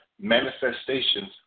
manifestations